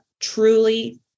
truly